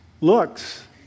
looks